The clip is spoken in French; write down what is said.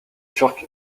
turque